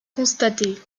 constaté